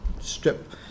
strip